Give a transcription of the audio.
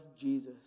Jesus